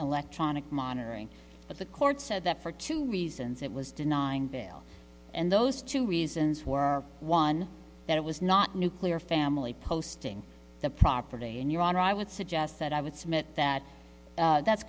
electronic monitoring but the court said that for two reasons it was denying bail and those two reasons were one that it was not nuclear family posting the property and your honor i would suggest that i would submit that that's